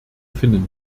finnen